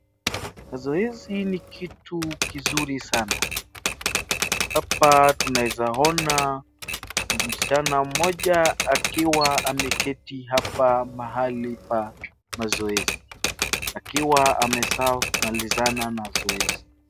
Zoezi ni kitu kizuri sana. Hapa tunaeza ona msichana mmoja akiwa ameketi hapa mahali pa mazoezi akiwa ameshaamalizana na zoezi.